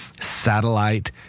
satellite